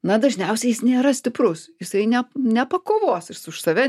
na dažniausiai jis nėra stiprus jisai ne nepakovos už save